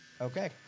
Okay